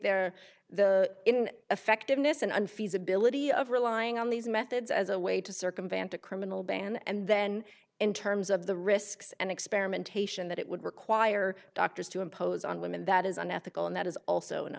they're the in effectiveness and unfeasible ity of relying on these methods as a way to circumvent a criminal ban and then in terms of the risks and experimentation that it would require doctors to impose on women that is unethical and that is also an